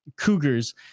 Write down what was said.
Cougars